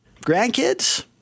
grandkids